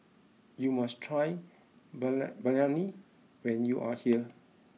you must try Balan Biryani when you are here